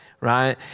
right